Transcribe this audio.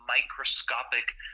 microscopic